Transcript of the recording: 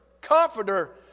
Comforter